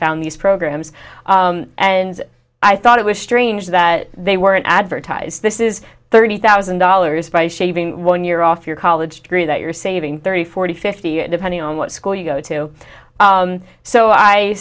found these programs and i thought it was strange that they weren't advertised this is thirty thousand dollars by shaving one year off your college degree that you're saving thirty forty fifty depending on what school you go to so i